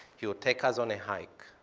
he would take us on a hike,